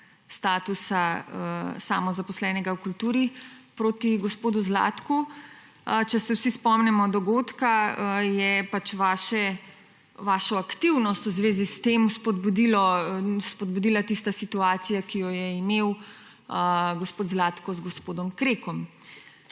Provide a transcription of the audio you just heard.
statusa samozaposlenega v kulturi proti gospodu Zlatku. Če se vsi spomnimo dogodka, je vašo aktivnost v zvezi s tem spodbudila tista situacija, ki jo je imel gospod Zlatko z gospodom Krekom.